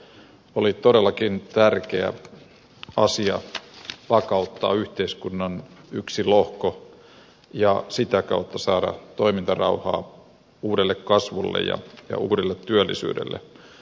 oli todellakin tärkeä asia vakauttaa yhteiskunnan yksi lohko ja sitä kautta saada toimintarauhaa uudelle kasvulle ja uudelle työllisyydelle